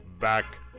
back